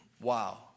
wow